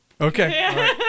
Okay